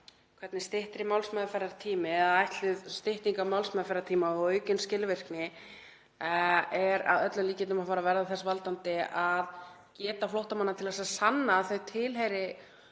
hvernig styttri málsmeðferðartími eða ætluð stytting á málsmeðferðartíma og aukin skilvirkni muni að öllum líkindum verða þess valdandi að geta flóttamanna til að sanna að þeir tilheyri